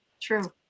True